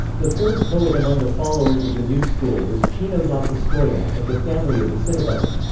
the third poet among the followers of the new school was cino da pistoia, of the family of the sinibuldi.